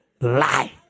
Lie